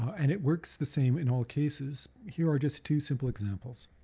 and it works the same in all cases, here are just two simple examples.